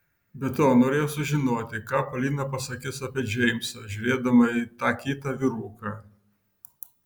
be to norėjo sužinoti ką polina pasakys apie džeimsą žiūrėdama į tą kitą vyruką